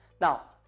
Now